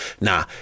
Nah